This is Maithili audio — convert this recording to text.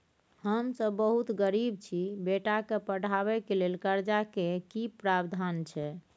हम सब बहुत गरीब छी, बेटा के पढाबै के लेल कर्जा के की प्रावधान छै?